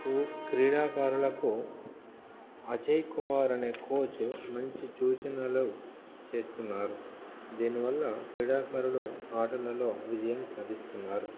క్రీడాకారులకు అజయ్ కుమార్ అనే కోచ్ మంచి చూచినలు చేస్తున్నారు దీనివల్ల క్రీడాకారుడు ఆటలలో విజయం సాధిస్తున్నారు